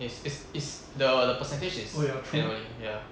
is is is the the percentage is annually ya